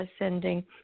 ascending